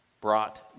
brought